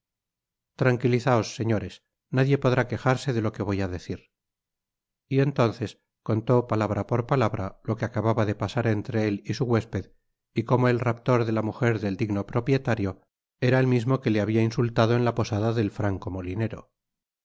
tranquilizaos señores nadie podrá quejarse de lo que voy á decir y entonces contó palabra por palabra lo que acababa de pasar entre él y su huésped y como el raptor de la mujer del digno propietario era el mismo que le había insultado en la posada del